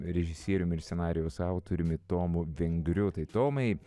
režisieriumi ir scenarijaus autoriumi tomu vengriu tai tomai